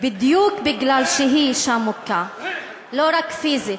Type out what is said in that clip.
בדיוק בגלל שהיא אישה מוכה, לא רק פיזית,